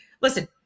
listen